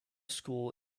school